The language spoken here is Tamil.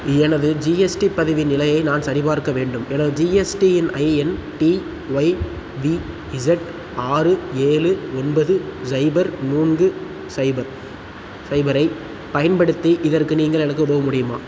எனது ஜிஎஸ்டி பதிவின் நிலையை நான் சரிபார்க்க வேண்டும் எனது GSTIN T Y V Z ஆறு ஏழு ஒன்பது சைபர் மூன்று சைபர் சைபர் ஐ பயன்படுத்தி இதற்கு நீங்கள் எனக்கு உதவ முடியுமா